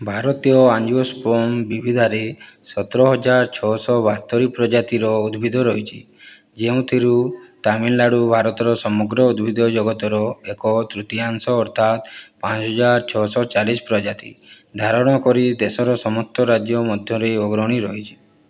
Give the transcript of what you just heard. ଭାରତୀୟ ଆଞ୍ଜିଓସ୍ପର୍ମ ବିବିଧାରେ ସତର ହଜାର ଛଅଶହ ବାସ୍ତୋରୀ ପ୍ରଜାତିର ଉଦ୍ଭିଦ ରହିଛି ଯେଉଁଥିରୁ ତାମିଲନାଡ଼ୁ ଭାରତର ସମଗ୍ର ଉଦ୍ଭିଦ ଜଗତର ଏକ ତୃତୀୟାଂଶ ଅର୍ଥାତ୍ ପାଞ୍ଚ ହଜାର ଛଅଶହ ଚାଳିଶ ପ୍ରଜାତି ଧାରଣ କରି ଦେଶର ସମସ୍ତ ରାଜ୍ୟ ମଧ୍ୟରେ ଅଗ୍ରଣୀ ରହିଛି